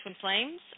Flames